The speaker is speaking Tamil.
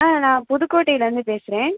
ஆ நான் புதுக்கோட்டைலேருந்து பேசுகிறேன்